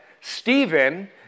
Stephen